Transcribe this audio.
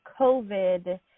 COVID